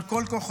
על כל כוחותינו,